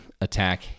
attack